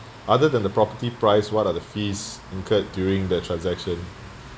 other than the property price what other fees incurred during the transaction